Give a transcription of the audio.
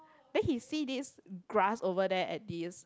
then he see this grass over there at this